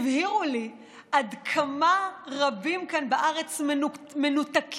הבהירו לי עד כמה רבים כאן בארץ מנותקים,